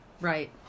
right